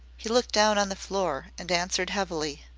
he looked down on the floor and answered heavily.